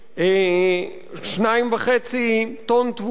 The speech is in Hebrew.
2.5 טון תבואה.